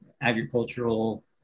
agricultural